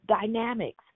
dynamics